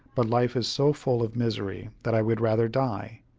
but life is so full of misery that i would rather die.